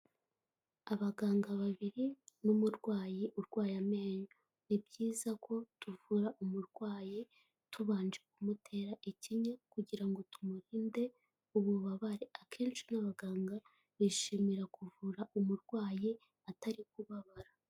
Abaganga babiri n'umurwayi urwaye amenyo. Ni byiza ko tuvura umurwayi tubanje kumutera ikinya, kugira ngo tumurinde ububabare. Akenshi n'abaganga bishimira kuvura umurwayi atari kubabara.